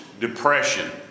depression